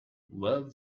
love